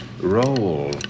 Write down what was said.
Roll